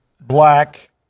black